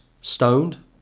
Stoned